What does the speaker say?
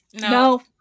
no